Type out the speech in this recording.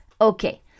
okay